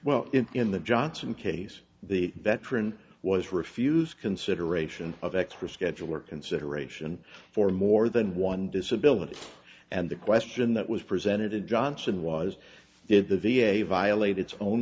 well in the johnson case the veteran was refused consideration of extra schedule or consideration for more than one disability and the question that was presented to johnson was did the v a violate its own